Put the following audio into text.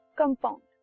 compound